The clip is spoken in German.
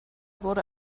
wurde